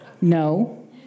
No